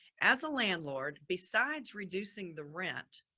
as a landlord, besides reducing the rent,